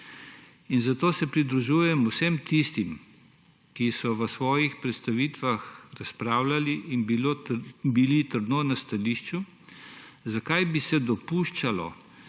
In zato se pridružujem vsem tistim, ki so v svojih predstavitvah razpravljali in bili trdno na stališču, zakaj bi se dopuščalo,